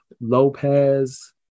Lopez